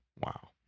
Wow